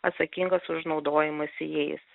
atsakingas už naudojimąsi jais